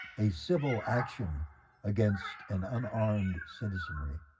a civil action against an unarmed citizenry.